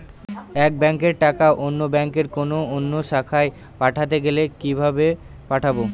এক ব্যাংকের টাকা অন্য ব্যাংকের কোন অন্য শাখায় পাঠাতে গেলে কিভাবে পাঠাবো?